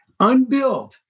Unbilled